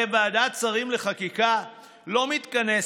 הרי ועדת שרים לחקיקה לא מתכנסת,